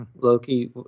Loki